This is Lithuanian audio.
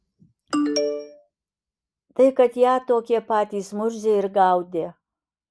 tai kad ją tokie patys murziai ir gaudė